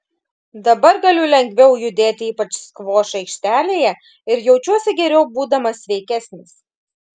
dabar galiu lengviau judėti ypač skvošo aikštelėje ir jaučiuosi geriau būdamas sveikesnis